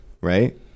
right